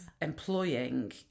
employing